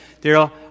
Daryl